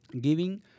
giving